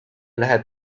läheb